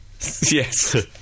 yes